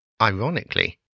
Ironically